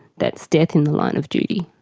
that's death in the line of duty.